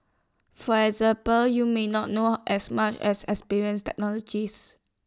for example you may not know as much as experienced technologies